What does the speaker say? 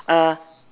uh